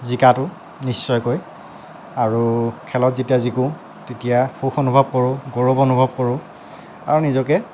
জিকাতো নিশ্চয়কৈ আৰু খেলত যেতিয়া জিকো তেতিয়া সুখ অনুভৱ কৰোঁ গৌৰৱ অনুভৱ কৰোঁ আৰু নিজকে